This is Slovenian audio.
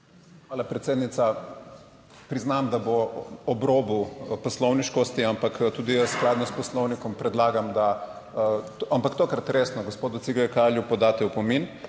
Hvala, predsednica. Priznam, da bo ob robu poslovniškosti, ampak tudi jaz skladno s Poslovnikom predlagam, da, ampak tokrat resno, gospodu Cigler Kralju podate opomin.